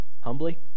humbly